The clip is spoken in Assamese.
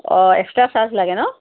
অঁ এক্সট্ৰা চাৰ্জ লাগে ন